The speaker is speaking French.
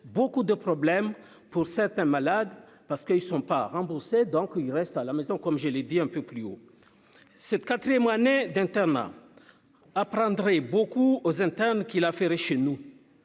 beaucoup de problèmes pour certains malades parce qu'ils ne sont pas remboursés, donc il reste à la maison, comme je l'ai dit un peu plus haut cette 4ème One aide hein Thomas apprendrez beaucoup aux internes qui l'affaire est chez nous